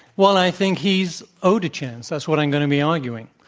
well, i think he's owed a chance. that's what i'm going to be arguing.